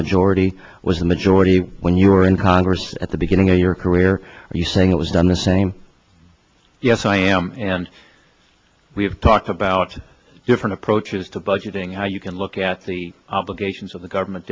majority was the majority when you were in congress at the beginning of your career are you saying it was done the same yes i am and we have talked about different approaches to budgeting how you can look at the obligations of the government